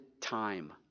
time